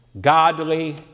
godly